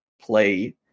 play